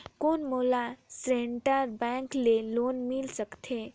कौन मोला central bank ले लोन मिल सकथे?